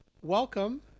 welcome